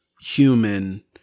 human